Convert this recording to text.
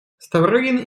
ставрогин